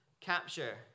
capture